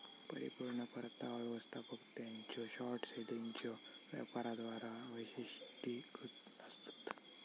परिपूर्ण परतावा व्यवस्थापक त्यांच्यो शॉर्ट सेलिंगच्यो वापराद्वारा वैशिष्ट्यीकृत आसतत